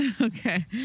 Okay